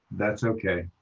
that's okay.